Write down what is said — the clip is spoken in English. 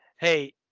Hey